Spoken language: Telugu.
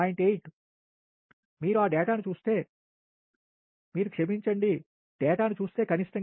8 మీరు ఆ డేటాను చూస్తే మీరు క్షమించండి డేటాను చూస్తే కనిష్టంగా 0